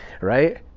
right